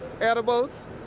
edibles